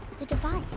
the device.